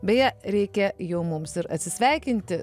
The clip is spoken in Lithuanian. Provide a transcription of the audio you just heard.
beje reikia jau mums ir atsisveikinti